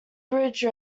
bridge